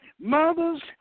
mothers